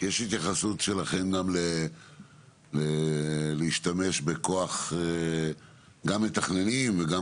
יש התייחסות שלכם גם להשתמש בכוח גם מתכננים וגם